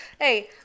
hey